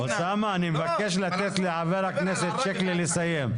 אוסאמה, אני מבקש לתת לח"כ שיקלי לסיים.